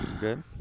Good